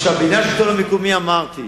בעניין השלטון המקומי אמרתי